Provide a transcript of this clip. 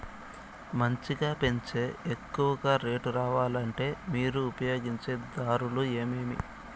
మంచిగా పెంచే ఎక్కువగా రేటు రావాలంటే మీరు ఉపయోగించే దారులు ఎమిమీ?